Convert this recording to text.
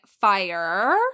Fire